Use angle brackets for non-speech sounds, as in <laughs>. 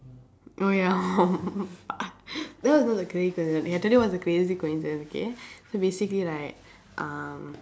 oh ya <laughs> that was not the crazy coincidence ya today was a crazy coincidence okay so basically right um